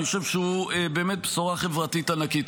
אני חושב שהוא באמת בשורה חברתית ענקית.